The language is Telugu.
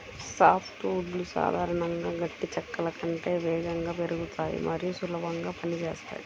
సాఫ్ట్ వుడ్లు సాధారణంగా గట్టి చెక్కల కంటే వేగంగా పెరుగుతాయి మరియు సులభంగా పని చేస్తాయి